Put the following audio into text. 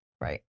Right